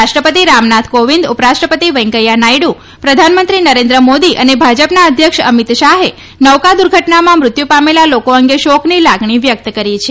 રાષ્ટ્રપતિ રામનાથ કોવિંદ ઉપરાષ્ટ્રપતિ વૈકેંયા નાયડુ પ્રધાનમંત્રી નરેન્દ્ર મોદી અને ભાજપના અધ્યક્ષ અમિત શાહે નૌકા દુર્ઘટનામાં મૃત્યુ પામેલા લોકો અંગે શોકની લાગણી વ્યક્ત કરી છે